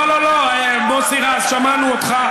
לא, לא, מוסי רז, שמענו אותך.